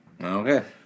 Okay